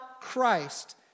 Christ